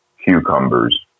Cucumbers